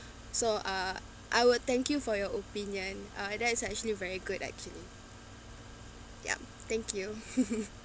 so uh I will thank you for your opinion uh that is actually very good actually yup thank you